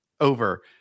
over